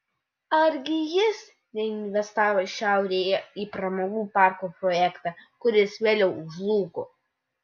argi jis neinvestavo šiaurėje į pramogų parko projektą kuris vėliau žlugo